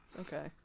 Okay